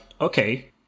okay